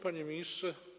Panie Ministrze!